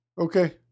Okay